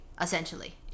essentially